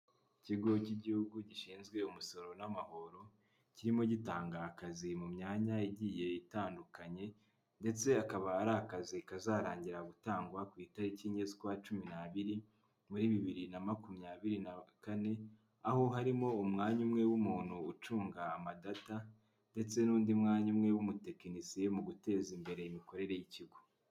Ikigo cy'igihugu gishinzwe umusoro n'amahoro kirimo gitanga akazi mu myanya yagiye itandukanye, ndetse akaba ari akazi kazarangira gutangwa ku itariki enye z'ukwa cumi n'abiri muri bibiri na makumyabiri na kane. Aho harimo umwanya umwe w'umuntu ucunga amadata ndetse n'undi mwanya umwe w'umutekinisiye mu guteza imbere imikorere y'ikigo.